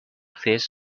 fish